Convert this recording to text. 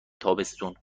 تابستون